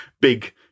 big